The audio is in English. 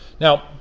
Now